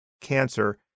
cancer